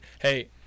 Hey